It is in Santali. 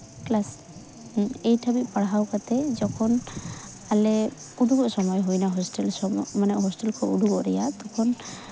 ᱠᱞᱟᱥ ᱮᱭᱤᱴ ᱦᱟᱹᱵᱤᱡ ᱯᱟᱲᱦᱟᱣ ᱠᱟᱛᱮᱜ ᱡᱚᱠᱷᱚᱱ ᱟᱞᱮ ᱩᱰᱩᱜᱚᱜ ᱥᱚᱢᱚᱭ ᱦᱩᱭᱱᱟ ᱢᱟᱱᱮ ᱦᱳᱥᱴᱮᱞ ᱠᱷᱚᱡ ᱩᱰᱩᱠᱚᱜ ᱨᱮᱭᱟᱜ ᱛᱚᱠᱷᱚᱱ